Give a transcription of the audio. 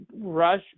rush